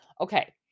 Okay